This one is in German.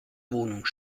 wohnung